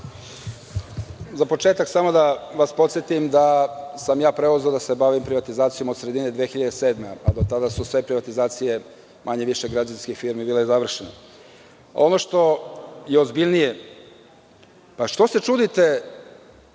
Za početak, samo da vas podsetim da sam preuzeo da se bavim privatizacijom od sredine 2007. godine, a do tada su sve privatizacije manje više građevinske firme bile završene. Ovo što je ozbiljnije, pa što se čudite